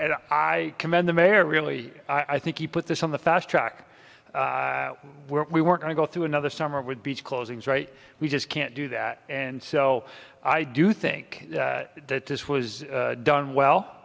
and i commend the mayor really i think he put this on the fast track where we were going to go through another summer with beach closings right we just can't do that and so i do think that this was done well